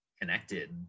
connected